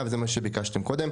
וזה מה שביקשתם קודם.